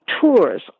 tours